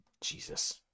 Jesus